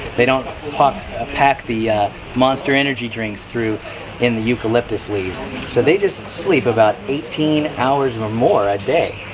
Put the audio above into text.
they don't pack pack the monster energy drinks through in the eucalyptus leaves so they just sleep about eighteen hours or more a day.